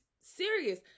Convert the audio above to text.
serious